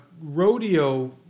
rodeo